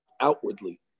outwardly